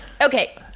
okay